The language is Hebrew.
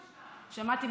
שמעתי,